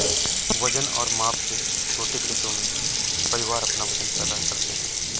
वजन और माप से छोटे खेतों में, परिवार अपना भोजन पैदा करते है